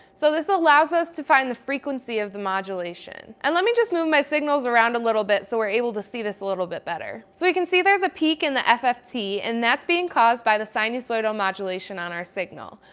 so, this allows us to find the frequency of the modulation. and let me just move my signals around a little bit so we're able to see this a little bit better. we can see there's a peak in the fft and that's being caused by the sinusoidal modulation on our signal.